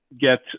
get